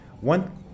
one